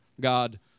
God